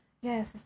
yes